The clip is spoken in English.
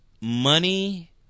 money